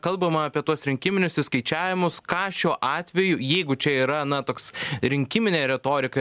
kalbama apie tuos rinkiminius išskaičiavimus ką šiuo atveju jeigu čia yra na toks rinkiminė retorika